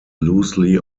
loosely